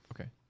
Okay